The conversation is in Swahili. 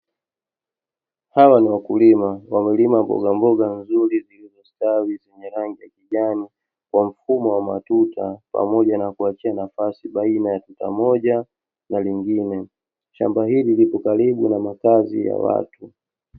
Hawa ni wakulima, wamelima mbogamboga nzuri kwenye mstari kwa rangi ya kijani kwa mfumo wa matuta pamoja na kuachia nafasi baina ya tuta moja na lingine. Shamba hili lipo karibu na makazi ya watu.